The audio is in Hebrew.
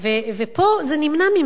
ופה זה נמנע ממנו,